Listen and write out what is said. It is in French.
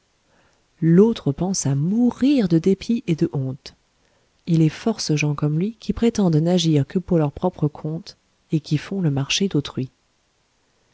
l'autre pensa mourir de dépit et de honte il est force gens comme lui qui prétendent n'agir que pour leur propre compte et qui font le marché d'autrui